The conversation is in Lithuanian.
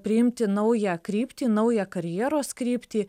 priimti naują kryptį naują karjeros kryptį